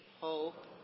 hope